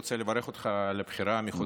אני רוצה לברך אותך על הבחירה המחודשת.